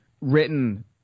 written